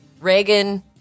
Reagan